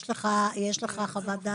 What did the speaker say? יש לך חוות דעת מעודכנת?